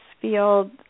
field